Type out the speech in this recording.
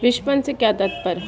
विपणन से क्या तात्पर्य है?